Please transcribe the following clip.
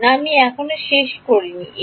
না আমি শেষ করিনি a